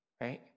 Right